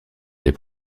des